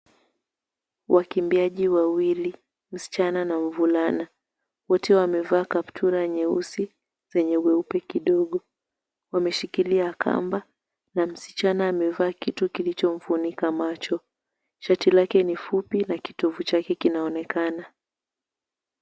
Wakimbiaji wawili, msichana na mvulana. Wote wamevaa kaptura nyeusi zenye weupe kidogo. Wameshikilia kamba na msichana amevaa kitu kilichomfunika macho. Shati lake ni fupi na kitovu chake kinaonekana.